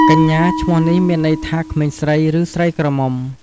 កញ្ញា ឈ្មោះនេះមានន័យថាក្មេងស្រី ឬ ស្រីក្រមុំ។